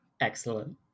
Excellent